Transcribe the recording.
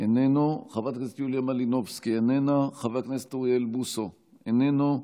איננו, חברת הכנסת יוליה מלינובסקי, איננה,